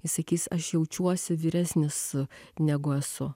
jis sakys aš jaučiuosi vyresnis negu esu